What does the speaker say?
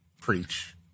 preach